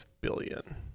billion